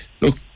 look